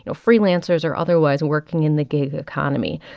you know freelancers or otherwise working in the gig economy.